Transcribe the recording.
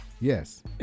Yes